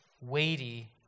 weighty